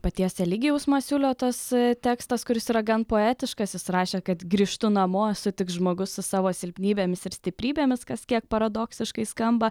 paties eligijaus masiulio tas tekstas kuris yra gan poetiškasis jis rašė kad grįžtu namo esu tik žmogus su savo silpnybėmis ir stiprybėmis kas kiek paradoksiškai skamba